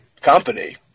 company